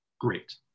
Great